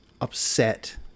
upset